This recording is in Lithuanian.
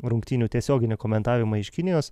rungtynių tiesioginį komentavimą iš kinijos